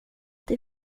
det